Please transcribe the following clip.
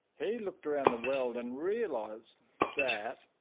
he looked around the world and realised that